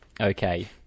okay